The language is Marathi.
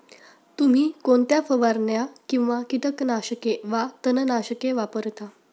तुम्ही कोणत्या फवारण्या किंवा कीटकनाशके वा तणनाशके वापरता?